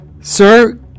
Sir